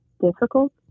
difficult